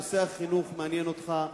אם נושא החינוך מעניין אותך,